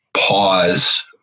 pause